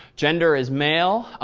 gender is male,